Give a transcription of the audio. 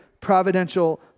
providential